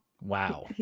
Wow